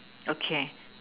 okay